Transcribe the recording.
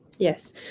Yes